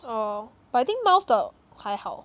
oh but I think mouse 的还好